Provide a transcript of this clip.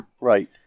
Right